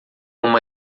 uma